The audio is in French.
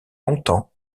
longtemps